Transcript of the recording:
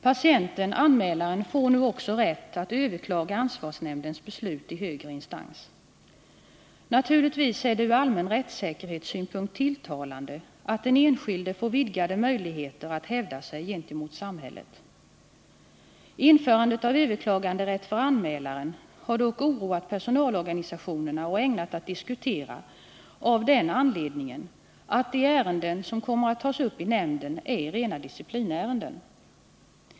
Patienten-anmälaren får nu också rätt att överklaga ansvarsnämndens beslut i högre instans. Naturligtvis är det ur allmän rättssäkerhetssynpunkt tilltalande att den enskilde får vidgade möjligheter att hävda sig gentemot samhället. Införandet av överklaganderätt för anmälaren har dock oroat personalorganisationerna och är ägnat att diskuteras, av den anledningen att de ärenden som kommer att tas upp i nämnden är rena disciplinärenden.